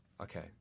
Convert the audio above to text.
Okay